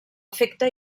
efecte